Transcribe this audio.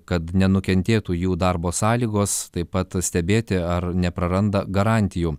kad nenukentėtų jų darbo sąlygos taip pat stebėti ar nepraranda garantijų